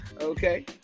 okay